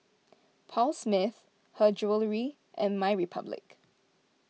Paul Smith Her Jewellery and My Republic